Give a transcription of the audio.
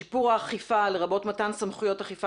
שיפור האכיפה לרבות מתן סמכויות אכיפה